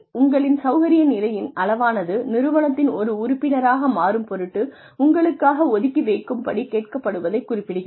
உங்களின் சௌகரிய நிலையின் அளவானது நிறுவனத்தின் ஒரு உறுப்பினராக மாறும் பொருட்டு உங்களுக்காக ஒதுக்கி வைக்கும்படி கேட்கப்படுவதை குறிப்பிடுகிறது